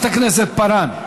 חברת הכנסת פארן,